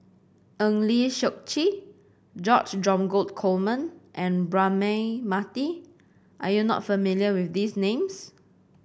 Eng Lee Seok Chee George Dromgold Coleman and Braema Mathi are you not familiar with these names